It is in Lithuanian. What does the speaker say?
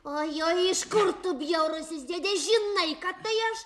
oi iš kur tu bjaurusis dėde žinai kad tai aš